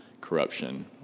corruption